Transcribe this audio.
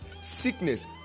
sickness